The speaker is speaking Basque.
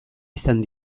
izan